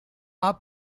are